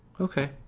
Okay